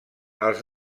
els